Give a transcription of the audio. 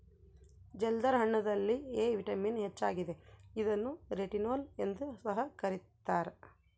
ಜಲ್ದರ್ ಹಣ್ಣುದಲ್ಲಿ A vitamin ಹೆಚ್ಚಾಗಿದೆ ಇದನ್ನು ರೆಟಿನೋಲ್ ಎಂದು ಸಹ ಕರ್ತ್ಯರ